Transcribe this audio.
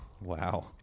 Wow